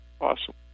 awesome